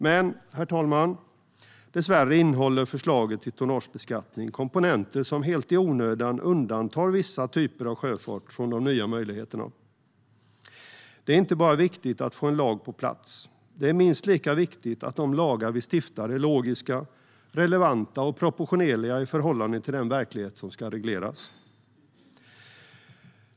Men, herr talman, dessvärre innehåller förslaget till tonnagebeskattning komponenter som helt i onödan undantar vissa typer av sjöfart från de nya möjligheterna. Det är inte bara viktigt att få en lag på plats. Det är minst lika viktigt att de lagar vi stiftar är logiska, relevanta och proportionerliga i förhållande till den verklighet som ska regleras.